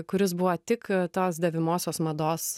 kuris buvo tik tos dėvimosios mados